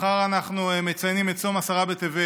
מחר אנחנו מציינים את צום עשרה בטבת.